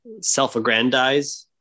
self-aggrandize